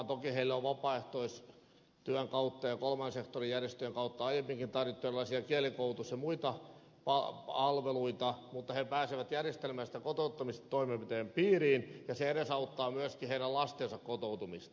toki heille on vapaaehtoistyön kautta ja kolmannen sektorin järjestöjen kautta aiemminkin tarjottu kielikoulutus ja muita palveluita mutta nyt he pääsevät järjestelmällisesti kotouttamistoimenpiteiden piiriin ja se edesauttaa myöskin heidän lastensa kotoutumista